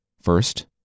First